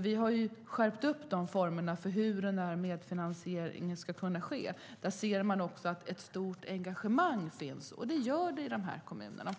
Vi har skärpt formerna för hur medfinansiering ska ske, och där det finns medfinansiering ser vi att det finns ett stort engagemang, som i dessa kommuner.